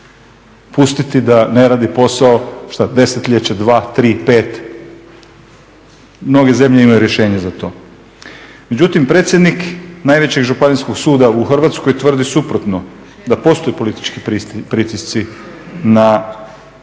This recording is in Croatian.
Pustiti da ne radi posao šta desetljeće, dva, tri, pet? Mnoge zemlje imaju rješenje za to. Međutim predsjednik najvećeg županijskog suda u Hrvatskoj tvrdi suprotno, da postoje politički pritisci na